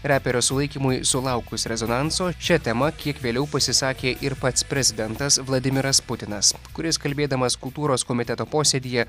reperio sulaikymui sulaukus rezonanso šia tema kiek vėliau pasisakė ir pats prezidentas vladimiras putinas kuris kalbėdamas kultūros komiteto posėdyje